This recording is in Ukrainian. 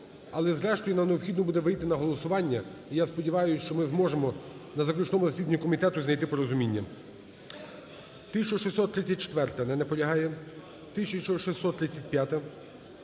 але зрештою нам необхідно буде вийти на голосування. І я сподіваюся, що ми зможемо на заключному засіданні комітету знайти порозуміння. 1634-а. Не наполягає. 1635-а.